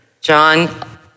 John